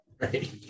Right